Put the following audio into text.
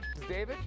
David